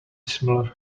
similar